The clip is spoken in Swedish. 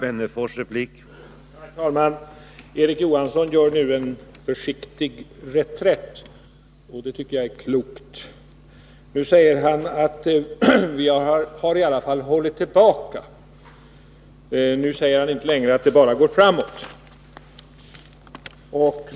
Herr talman! Erik Johansson gör nu en försiktig reträtt, och det tycker jag är klokt. Nu säger han att vi i alla fall har hållit tillbaka — han säger inte längre att det bara går framåt.